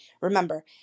Remember